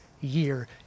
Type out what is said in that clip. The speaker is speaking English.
year